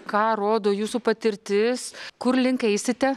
ką rodo jūsų patirtis kur link eisite